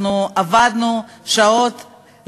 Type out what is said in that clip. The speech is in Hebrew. עבדנו שעות,